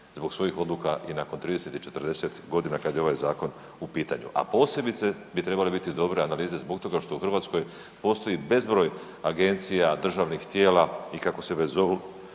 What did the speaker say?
zbog svojih odluka i nakon 30 i 40.g. kad je ovaj zakon u pitanju, a posebice bi trebale biti dobre analize zbog toga što u Hrvatskoj postoji bezbroj agencija, državnih tijela i kako se već zovu,